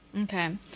Okay